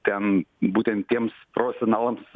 ten būtent tiems profesionalams